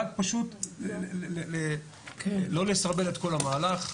רק פשוט לא לסרבל את כל המהלך.